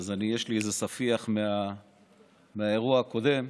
יש לי איזה ספיח מהאירוע הקודם.